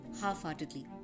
half-heartedly